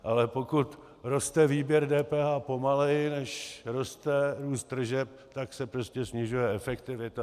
Ale pokud roste výběr DPH pomaleji, než roste růst tržeb, tak se prostě snižuje efektivita.